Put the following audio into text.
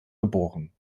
geboren